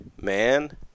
man